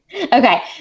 Okay